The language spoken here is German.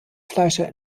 fleischer